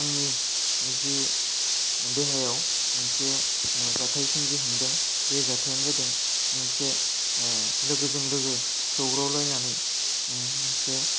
आंनि निजे देहायाव मोनसे जाथाइ सोमजिखांदों बे जाथायानो जादों मोनसे लोगोजों लोगो सौग्रावलायनानै मोनसे